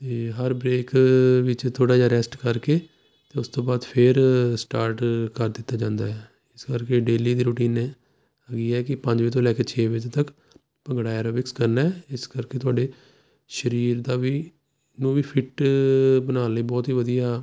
ਅਤੇ ਹਰ ਬਰੇਕ ਵਿੱਚ ਥੋੜ੍ਹਾ ਜਿਹਾ ਰੈਸਟ ਕਰਕੇ ਅਤੇ ਉਸ ਤੋਂ ਬਾਅਦ ਫਿਰ ਸਟਾਰਟ ਕਰ ਦਿੱਤਾ ਜਾਂਦਾ ਇਸ ਕਰਕੇ ਡੇਲੀ ਦੀ ਰੂਟੀਨ ਹੈ ਹੈਗੀ ਆ ਕਿ ਪੰਜ ਵਜੇ ਤੋਂ ਲੈ ਕੇ ਛੇ ਵਜੇ ਤੱਕ ਭੰਗੜਾ ਐਰੋਬਿਕਸ ਕਰਨਾ ਇਸ ਕਰਕੇ ਤੁਹਾਡੇ ਸਰੀਰ ਦਾ ਵੀ ਨੂੰ ਵੀ ਫਿੱਟ ਬਣਾਉਣ ਲਈ ਬਹੁਤ ਹੀ ਵਧੀਆ